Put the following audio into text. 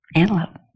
antelope